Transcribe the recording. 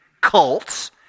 cults